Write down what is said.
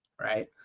Right